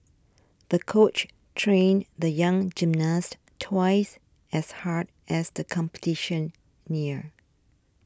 the coach trained the young gymnast twice as hard as the competition neared